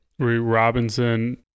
Robinson